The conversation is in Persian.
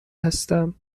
هستم